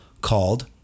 called